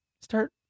start